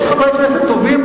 יש חברי הכנסת טובים,